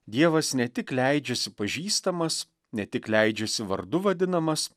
dievas ne tik leidžiasi pažįstamas ne tik leidžiasi vardu vadinamas